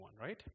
right